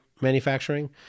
manufacturing